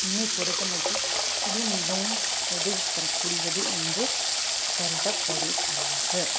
என்னையை பொறுத்தமட்டில் இது மிகவும் உதவிக்கரம் கூடியது என்று கருதப்படுகிறது